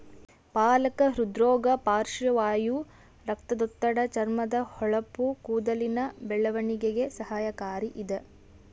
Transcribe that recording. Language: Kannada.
ಪಾಲಕ ಹೃದ್ರೋಗ ಪಾರ್ಶ್ವವಾಯು ರಕ್ತದೊತ್ತಡ ಚರ್ಮದ ಹೊಳಪು ಕೂದಲಿನ ಬೆಳವಣಿಗೆಗೆ ಸಹಕಾರಿ ಇದ